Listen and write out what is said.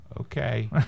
Okay